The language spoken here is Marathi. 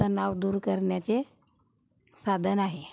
तणाव दूर करण्याचे साधन आहे